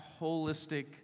holistic